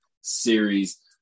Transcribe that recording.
series